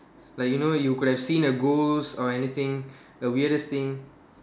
like you know you could have seen a ghost or anything the weirdest thing